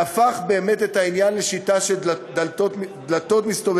והפך באמת את העניין לשיטה של דלתות מסתובבות,